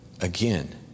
again